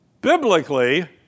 biblically